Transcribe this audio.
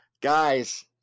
guys